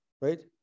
right